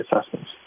assessments